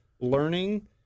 learning